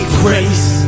grace